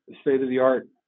state-of-the-art